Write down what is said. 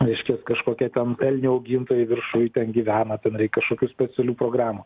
reiškias kažkokie ten elnių augintojai viršuj ten gyvena ten reik kažkokių specialių programų